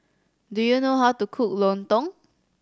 do you know how to cook lontong